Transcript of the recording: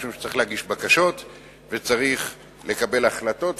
משום שצריך להגיש בקשות וצריך לקבל החלטות,